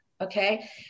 Okay